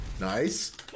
Nice